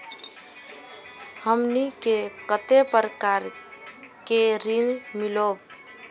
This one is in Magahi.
हमनी के कते प्रकार के ऋण मीलोब?